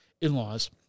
in-laws